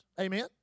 Amen